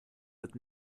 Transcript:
wird